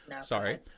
sorry